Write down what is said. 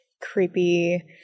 creepy